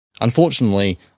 Unfortunately